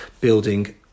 building